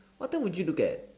what time would you look at